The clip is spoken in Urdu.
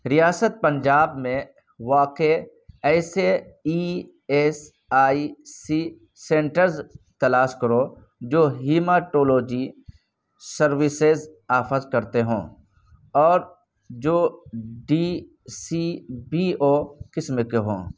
ریاست پنجاب میں واقع ایسے E S I C centres تلاش کرو جو ہیماٹولوجی سروسز آفرز کرتے ہوں اور جو ڈی سی بی او قسم کے ہوں